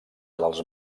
dels